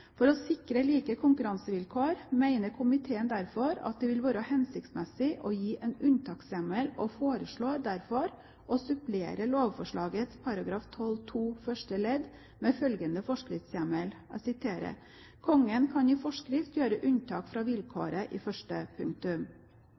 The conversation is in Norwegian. For å sikre like konkurransevilkår mener komiteen derfor at det vil være hensiktsmessig å gi en unntakshjemmel, og foreslår derfor å supplere lovforslagets § 12-2 første ledd med følgende forskriftshjemmel: «Kongen kan i forskrift gjøre unntak fra